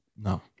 No